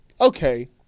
okay